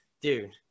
dude